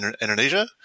Indonesia